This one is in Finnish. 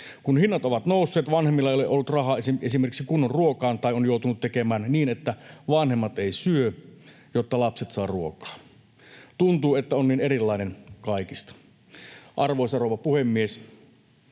”Kun hinnat ovat nousseet, vanhemmilla ei ole ollut rahaa esimerkiksi kunnon ruokaan tai on joutunut tekemään niin, että vanhemmat ei syö, jotta lapset saa ruokaa.” ”Tuntuu, että on niin erilainen kaikista.” Arvoisa rouva puhemies!